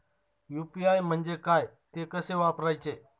UPI म्हणजे काय, ते कसे वापरायचे?